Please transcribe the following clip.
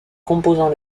composant